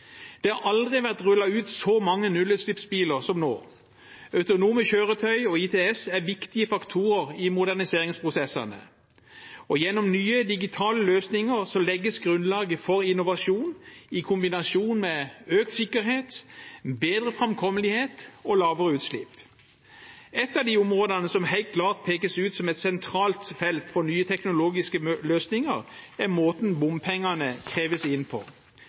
Det har aldri vært rullet ut så mange nullutslippsbiler som nå. Autonome kjøretøy og ITS er viktige faktorer i moderniseringsprosessene, og gjennom nye digitale løsninger legges grunnlaget for innovasjon i kombinasjon med økt sikkerhet, bedre framkommelighet og lavere utslipp. Et av de områdene som helt klart pekes ut som et sentralt felt for nye teknologiske løsninger, er måten bompengene kreves inn på.